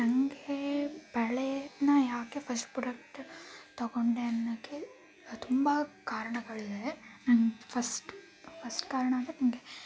ನನಗೆ ಬಳೆನ ಯಾಕೆ ಫಶ್ಟ್ ಪ್ರೊಡಕ್ಟ್ ತೊಗೊಂಡೆ ಅನ್ನಕ್ಕೆ ತುಂಬ ಕಾರಣಗಳಿವೆ ನಂಗೆ ಫಸ್ಟ್ ಫಸ್ಟ್ ಕಾರಣ ಅಂದರೆ ನನಗೆ